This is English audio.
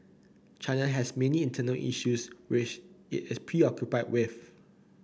China has many internal issues which it is preoccupied with